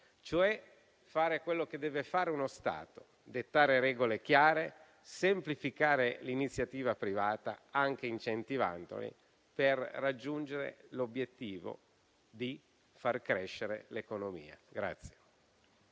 cioè fare quello che deve fare uno Stato: dettare regole chiare, semplificare l'iniziativa privata, anche incentivandola per raggiungere l'obiettivo di far crescere l'economia.